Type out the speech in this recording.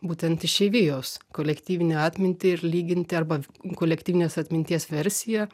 būtent išeivijos kolektyvinę atmintį ir lyginti arba kolektyvinės atminties versiją